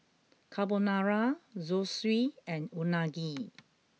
Carbonara Zosui and Unagi